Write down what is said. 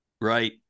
right